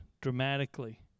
dramatically